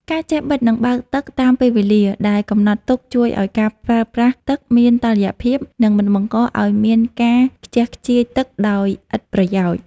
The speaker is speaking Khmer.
ការចេះបិទ និងបើកទឹកតាមពេលវេលាដែលកំណត់ទុកជួយឱ្យការប្រើប្រាស់ទឹកមានតុល្យភាព និងមិនបង្កឱ្យមានការខ្ជះខ្ជាយទឹកដោយឥតប្រយោជន៍។